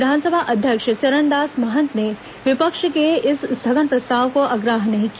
विधानसभा अध्यक्ष चरणदास महंत ने विपक्ष के इस स्थगन प्रस्ताव को अग्राहय नहीं किया